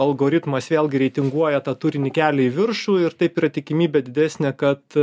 algoritmas vėlgi reitinguoja tą turinį kelia į viršų ir taip yra tikimybė didesnė kad